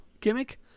gimmick